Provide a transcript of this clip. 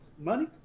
Money